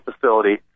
facility